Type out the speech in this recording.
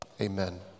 amen